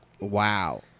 Wow